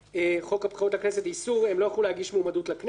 חוק הבחירות לכנסת איסור הם לא יוכלו להגיש מועמדות לכנסת,